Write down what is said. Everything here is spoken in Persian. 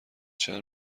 چند